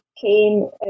came